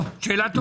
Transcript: שאלה טובה.